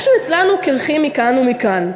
איכשהו יצאנו קירחים מכאן ומכאן.